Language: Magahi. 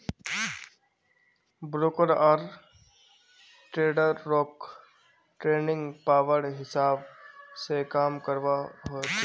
ब्रोकर आर ट्रेडररोक ट्रेडिंग ऑवर हिसाब से काम करवा होचे